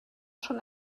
schon